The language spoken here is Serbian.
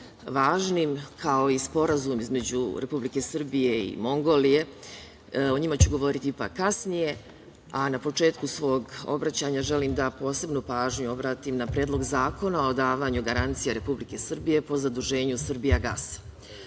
važnim kao i Sporazum između Republike Srbije i Mongolije, o njima ću govoriti ipak kasnije, a na početku svog obraćanja želim da posebnu pažnju obratim na Predlog zakona o davanju garancija Republike Srbije o zaduženju „Srbijagas“.